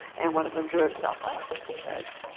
and one of them drew himself up, and he said,